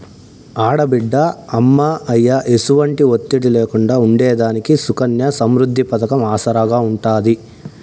ఆడబిడ్డ అమ్మా, అయ్య ఎసుమంటి ఒత్తిడి లేకుండా ఉండేదానికి సుకన్య సమృద్ది పతకం ఆసరాగా ఉంటాది